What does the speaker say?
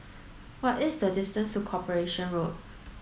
what is the distance to Corporation Road